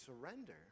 surrender